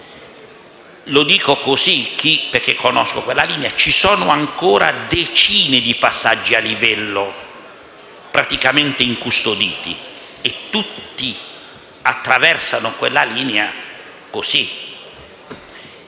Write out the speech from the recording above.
Lo dico così, perché conosco quella linea: ci sono ancora decine di passaggi a livello praticamente incustoditi e tutti attraversano così quella linea.